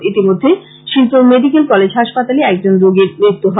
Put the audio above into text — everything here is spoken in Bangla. ইতিমধ্যে শিলচর মেডিকেল কলেজ হাসপাতালে একজন রোগীর মৃত্যু হয়